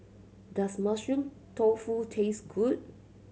does Mushroom Tofu taste good